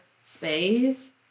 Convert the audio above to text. space